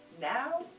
Now